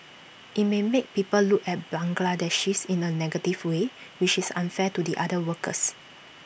IT may make people look at Bangladeshis in A negative way which is unfair to the other workers